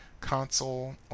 console